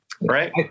Right